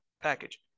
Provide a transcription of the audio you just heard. package